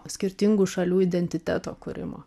skirtingų šalių identiteto kūrimo